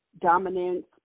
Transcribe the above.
dominance